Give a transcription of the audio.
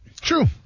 True